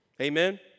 Amen